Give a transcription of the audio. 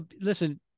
listen